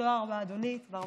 תודה רבה, אדוני.